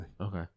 Okay